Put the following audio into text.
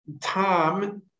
time